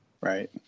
right